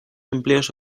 empleos